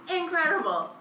incredible